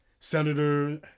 Senator